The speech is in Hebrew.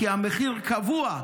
כי המחיר קבוע.